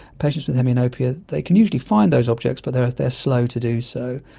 patients with hemianopia they can usually find those objects but they they are slow to do so.